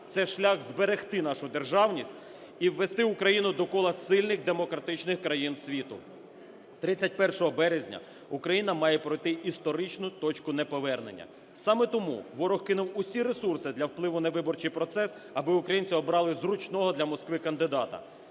це шлях зберегти нашу державність і ввести Україну до кола сильних демократичних країн світу. Тридцять першого березня Україна має пройти історичну точку неповернення, саме тому ворог кинув усі ресурси для впливу на виборчій процес, аби українці обрали зручного для Москви кандидата.